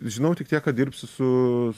žinau tik tiek kad dirbsiu su